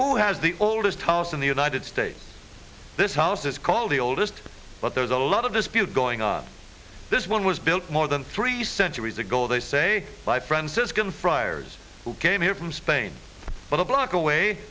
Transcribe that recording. who has the oldest house in the united states this house is called the oldest but there's a lot of dispute going on this one was built more than three centuries ago they say by franciscan friars who came here from spain but a block away